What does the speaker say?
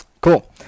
Cool